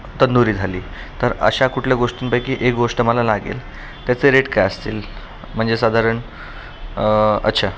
तंदुरी झाली तर अशा कुठल्या गोष्टींपैकी एक गोष्ट मला लागेल त्याचे रेट काय असतील म्हणजे साधारण अच्छा